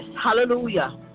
Hallelujah